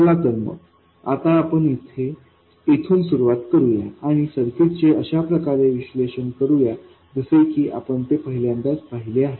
चला तर मग आता आपण येथून सुरुवात करूया आणि सर्किटचे अशाप्रकारे विश्लेषण करूया जसे की आपण ते पहिल्यांदाच पाहिले आहे